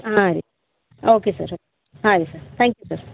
ಹಾಂ ರೀ okay sir ಹಾಂ ರೀ ಸರ್ ತ್ಯಾಂಕ್ ಯು ಸರ್